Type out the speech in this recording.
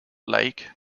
lake